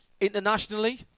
Internationally